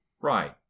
Right